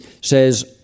says